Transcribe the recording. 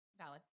Valid